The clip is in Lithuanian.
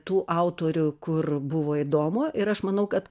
tų autorių kur buvo įdomu ir aš manau kad